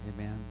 Amen